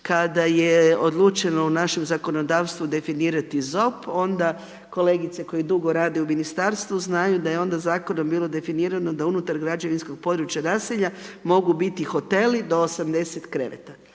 kada je odlučeno u našem zakonodavstvu definirati ZOP onda kolegice koje dugo rade u ministarstvu znaju da je onda zakonom bilo definirano da unutar građevinskog područja, naselja mogu biti hoteli do 80 kreveta.